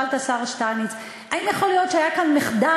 שאלת את השר שטייניץ: האם יכול להיות שהיה כאן מחדל?